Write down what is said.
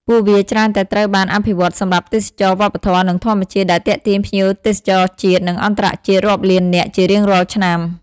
ពួកវាច្រើនតែត្រូវបានអភិវឌ្ឍសម្រាប់ទេសចរណ៍វប្បធម៌ និងធម្មជាតិ ដែលទាក់ទាញភ្ញៀវទេសចរជាតិ និងអន្តរជាតិរាប់លាននាក់ជារៀងរាល់ឆ្នាំ។